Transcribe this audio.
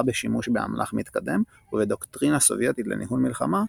בשימוש באמל"ח מתקדם ובדוקטרינה סובייטית לניהול מלחמה,